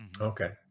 Okay